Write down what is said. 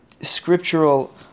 scriptural